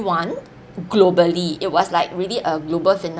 one globally it was like really a global phenomenon